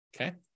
Okay